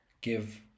give